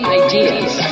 ideas